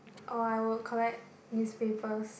or I would collect newspapers